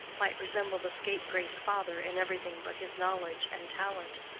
might resemble the scapegrace father in everything but his knowledge and talent,